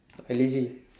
I lazy